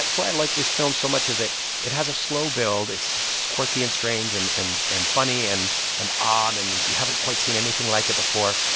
that's why i like this film so much is it it has a slow build. it's quirky and strange and and funny and and odd. and you haven't quite seen anything like it before.